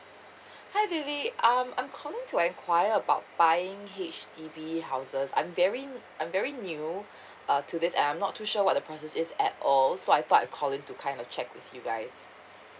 hi lily um I'm calling to enquire about buying H_D_B houses I'm very I'm very new uh to this and I'm not too sure what the process is at all so I thought I call in to kind of check with you guys